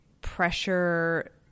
pressure